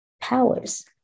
powers